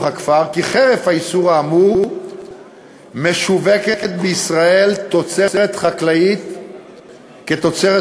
הכפר כי חרף האיסור האמור משווקת בישראל תוצרת חקלאית כתוצרת